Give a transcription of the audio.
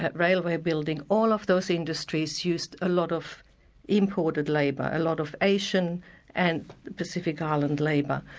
but railway building all of those industries used a lot of imported labour, a lot of asian and pacific island labour.